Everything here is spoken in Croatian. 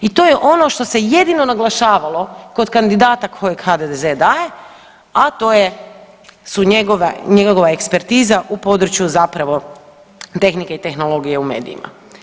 I to je ono što se jedino naglašavalo kod kandidata koje HDZ daje, a to je su njegova ekspertiza u području zapravo tehnike i tehnologije u medijima.